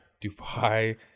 Dubai